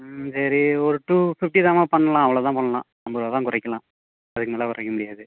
சரி ஒரு டூ ஃபிஃப்ட்டிதாம்மா பண்ணலாம் அவ்வளோ தான் பண்ணலாம் அவ்வளோ தான் குறைக்கலாம் அதுக்கு மேலே குறைக்க முடியாது